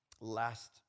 last